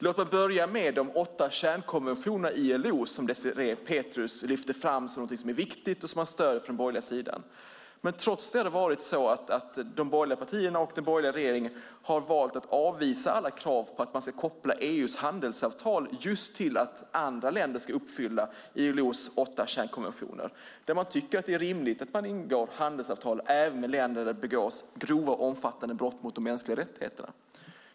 Låt mig börja med de åtta kärnkonventionerna hos ILO, som Désirée Pethrus lyfte fram som något viktigt och som har stöd på den borgerliga sidan. Trots det har de borgerliga partierna och den borgerliga regeringen valt att avvisa alla krav på att koppla EU:s handelsavtal till att andra länder ska uppfylla ILO:s åtta kärnkonventioner. Man tycker att det är rimligt att ingå handelsavtal även med länder där det begås grova och omfattande brott mot de mänskliga rättigheterna.